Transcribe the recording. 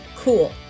cool